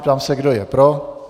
Ptám se, kdo je pro?